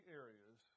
areas